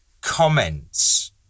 comments